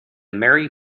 mary